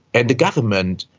and the government,